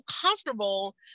comfortable